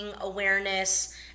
awareness